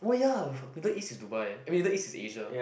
oh ya Middle East is Dubai eh Middle East is Asia